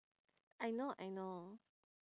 I know I know